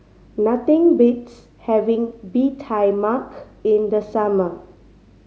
nothing beats having Bee Tai Mak in the summer